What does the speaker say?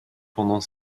pendant